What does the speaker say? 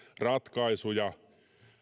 ratkaisuja